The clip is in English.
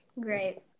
Great